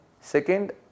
Second